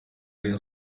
rayon